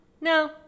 No